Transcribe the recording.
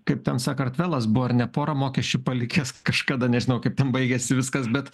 kaip ten sakartvelas buvo ar ne porą mokesčių palikęs kažkada nežinau kaip ten baigėsi viskas bet